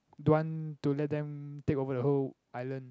don't want to let them take over the whole island